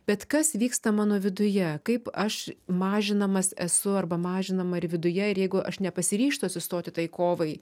bet kas vyksta mano viduje kaip aš mažinamas esu arba mažinama ir viduje ir jeigu aš nepasiryžtu atsistoti tai kovai